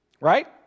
right